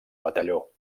batalló